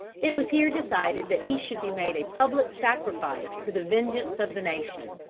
it was here decided that he should be made a public sacrifice to the vengeance of the nation.